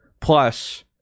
Plus